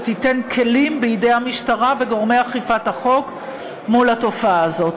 שתיתן כלים בידי המשטרה וגורמי אכיפת החוק מול התופעה הזאת.